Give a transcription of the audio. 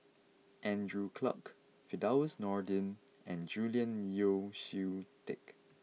Andrew Clarke Firdaus Nordin and Julian Yeo See Teck